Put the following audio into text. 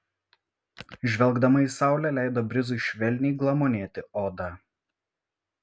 žvelgdama į saulę leido brizui švelniai glamonėti odą